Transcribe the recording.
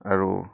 আৰু